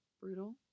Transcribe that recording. brutal